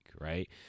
Right